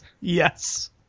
Yes